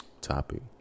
topic